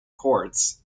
chords